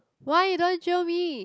why you don't want to jio me